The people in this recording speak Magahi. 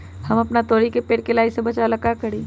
हम अपना तोरी के पेड़ के लाही से बचाव ला का करी?